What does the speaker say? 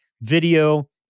video